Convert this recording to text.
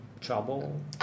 trouble